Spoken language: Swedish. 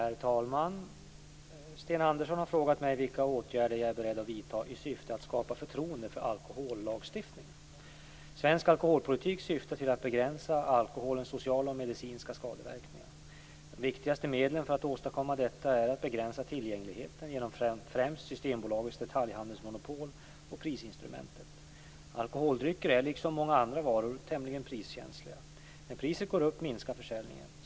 Herr talman! Sten Andersson har frågat mig vilka åtgärder jag är beredd att vidta i syfte att skapa förtroende för alkohollagstiftningen. Svensk alkoholpolitik syftar till att begränsa alkoholens sociala och medicinska skadeverkningar. De viktigaste medlen för att åstadkomma detta är att begränsa tillgängligheten genom främst Systembolagets detaljhandelsmonopol och prisinstrumentet. Alkoholdrycker är liksom många andra varor tämligen priskänsliga. När priset går upp minskar försäljningen.